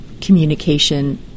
communication